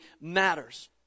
matters